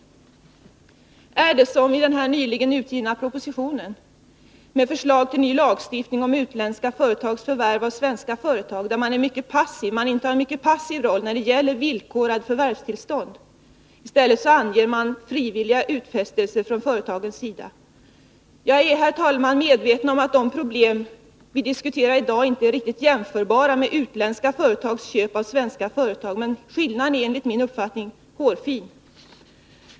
Är det på det sätt som redovisas i den nyligen framlagda propositionen med förslag till ny lagstiftning om utländska företags förvärv av svenska företag? I den intar man en mycket passiv roll när det gäller villkorade förvärvstillstånd. I stället anger man frivilliga utfästelser från företagets sida. Jag är, herr talman, medveten om att de problem vi i dag diskuterar inte är riktigt jämförbara med utländska företags köp av svenska företag, men skillnaden är enligt min uppfattning hårfin.